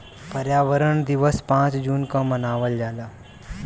पर्यावरण दिवस पाँच जून के मनावल जाला